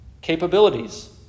capabilities